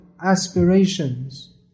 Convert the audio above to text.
aspirations